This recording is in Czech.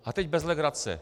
A teď bez legrace.